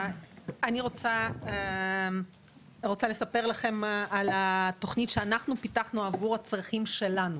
אני רוצה לספר לכם על התוכנית שפיתחנו עבור הצרכים שלנו,